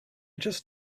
just